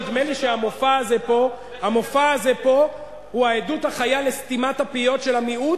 נדמה לי שהמופע הזה פה הוא עדות חיה לסתימת הפיות של המיעוט,